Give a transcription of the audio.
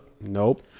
nope